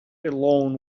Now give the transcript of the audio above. alone